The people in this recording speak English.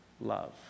love